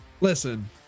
Listen